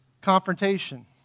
confrontation